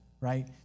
right